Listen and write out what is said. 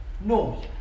No